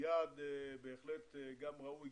הוא יעד בהחלט ראוי,